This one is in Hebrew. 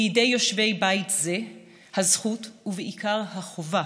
בידי יושבי בית זה הזכות, ובעיקר החובה,